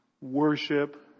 worship